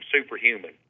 superhuman